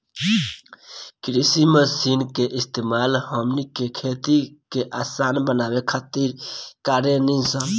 कृषि मशीन के इस्तेमाल हमनी के खेती के असान बनावे खातिर कारेनी सन